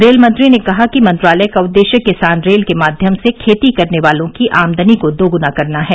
rail मंत्री ने कहा कि मंत्रालय का उद्देश्य किसान रेल के माध्यम से खेती करने वालों की आमदनी को दोग्ना करना है